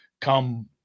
come